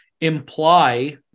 imply